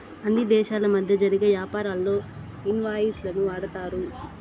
అన్ని దేశాల మధ్య జరిగే యాపారాల్లో ఇన్ వాయిస్ లను వాడతారు